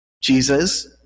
Jesus